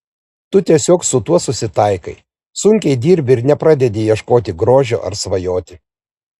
tu tiesiog su tuo susitaikai sunkiai dirbi ir nepradedi ieškoti grožio ar svajoti